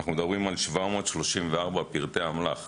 אנחנו מדברים על 734 פריטי אמל"ח.